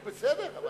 בסדר.